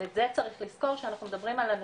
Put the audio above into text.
ואת זה צריך לזכור כשאנחנו מדברים על אנשים,